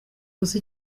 gusa